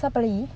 siapa lagi